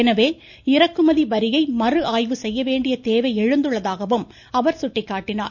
எனவே இறக்குமதி வரியை மறுஆய்வு செய்யவேண்டிய தேவை எழுந்துள்ளதாகவும் அவர் சுட்டிக்காட்டினார்